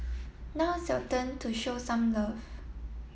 now it's your turn to show some love